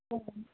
okay